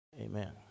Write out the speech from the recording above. Amen